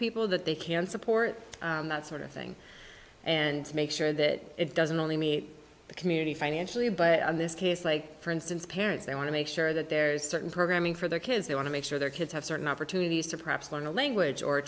people that they can support that sort of thing and to make sure that it doesn't only meet the community financially but in this case like for instance parents they want to make sure that there's certain programming for their kids they want to make sure their kids have certain opportunities to perhaps learn a language or